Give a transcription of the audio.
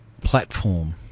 platform